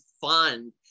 fun